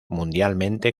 mundialmente